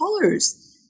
colors